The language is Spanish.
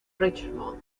richmond